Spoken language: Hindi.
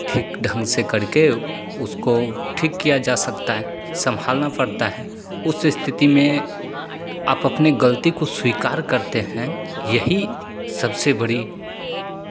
ठीक ढंग से करके उसको ठीक किया जा सकता है संभालना पड़ता है उस स्थिति में आप अपनी गलती को स्वीकार करते हैं यही सबसे बड़ी